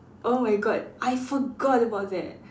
oh my god I forgot about that